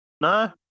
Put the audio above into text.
no